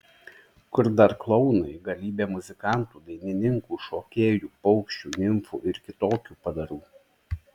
kur dar klounai galybė muzikantų dainininkų šokėjų paukščių nimfų ir kitokių padarų